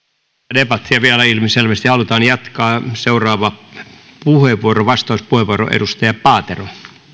debattia vielä ilmiselvästi halutaan jatkaa seuraava vastauspuheenvuoro edustaja paatero